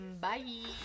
Bye